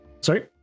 Sorry